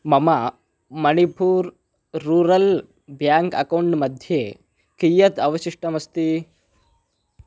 मम Manipur rural bank account मध्ये कियत् अवशिष्टमस्ति